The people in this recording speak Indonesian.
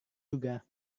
juga